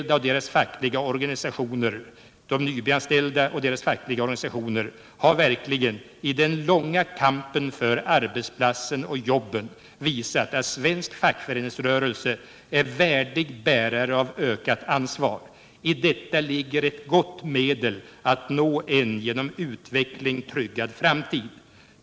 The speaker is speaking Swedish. De Nybyanställda och deras fackliga organisationer har verkligen i den långa kampen för arbetsplatsen och jobben visat att svensk fackföreningsrörelse är en värdig bärare av ökat ansvar. I detta ligger ett gott medel att nå en genom utveckling tryggad framtid.